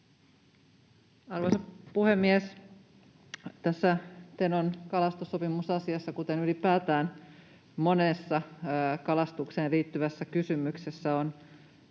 Arvoisa puhemies! Tässä Tenon kalastussopimusasiassa, kuten ylipäätään monessa kalastukseen liittyvässä kysymyksessä, on